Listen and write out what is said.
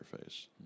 face